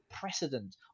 precedent